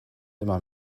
immer